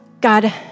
God